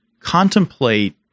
contemplate